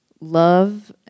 love